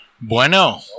Bueno